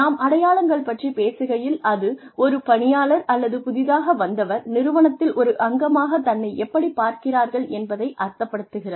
நாம் அடையாளங்கள் பற்றிப் பேசுகையில் அது ஒரு பணியாளர் அல்லது புதிதாக வந்தவர் நிறுவனத்தில் ஒரு அங்கமாகத் தன்னை எப்படிப் பார்க்கிறார்கள் என்பதை அர்த்தப்படுத்துகிறது